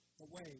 away